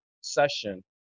session